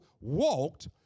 walked